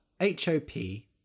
H-O-P